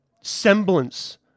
semblance